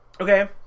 Okay